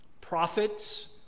prophets